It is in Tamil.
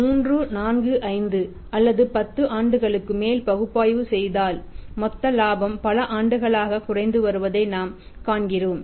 நீங்கள் 3 4 5 அல்லது 10 ஆண்டுகளுக்குமேல் பகுப்பாய்வு செய்தால் மொத்த இலாபம் பல ஆண்டுகளாக குறைந்து வருவதை நாம் காண்கிறோம்